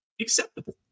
acceptable